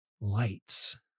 Lights